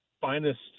finest